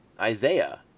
Isaiah